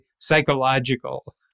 Psychological